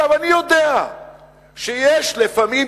אני יודע שיש לפעמים,